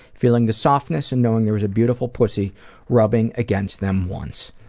feeling the softness and knowing there was a beautiful pussy rubbing against them once.